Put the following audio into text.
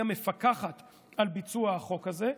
היא המפקחת על ביצוע החוק הזה,